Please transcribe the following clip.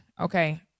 okay